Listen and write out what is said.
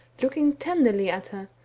looking ten derly at her,